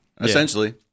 Essentially